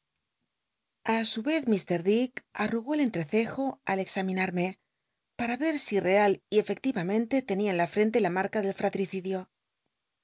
a su vez m dick arrugó el entrecejo al cxaminmme para ver si real y efectivamente tenia en la frente la marca del